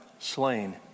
slain